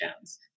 Jones